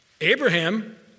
Abraham